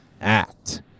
act